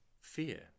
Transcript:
fear